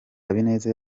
habineza